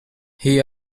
here